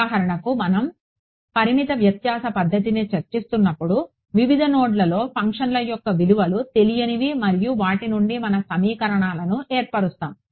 ఉదాహరణకు మనం పరిమిత వ్యత్యాస పద్ధతిని చర్చిస్తున్నప్పుడు వివిధ నోడ్లలో ఫంక్షన్ యొక్క విలువలు తెలియనివి మరియు వాటి నుండి మన సమీకరణాలను ఏర్పరుస్తాము